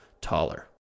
taller